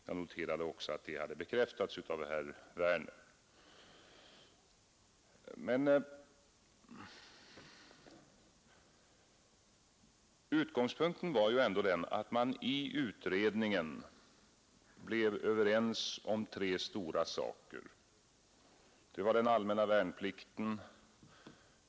Jag noterade också att det hade bekräftats av herr Werner i Tyresö, Men utgångspunkten var ju ändå den att man i utredningen blev överens om tre stora saker. Man blev överens om den allmänna värnplikten.